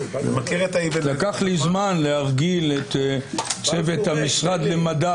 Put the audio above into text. לקח לי זמן להרגיל את צוות המשרד למדע